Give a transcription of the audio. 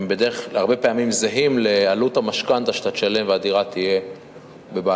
הם הרבה פעמים זהים לעלות המשכנתה שאתה תשלם והדירה תהיה בבעלותך.